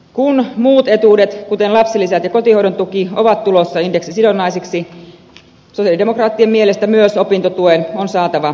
kun muut etuudet kuten lapsilisät ja kotihoidon tuki ovat tulossa indeksisidonnaisiksi sosialidemokraattien mielestä myös opintotuen on saatava indeksisuoja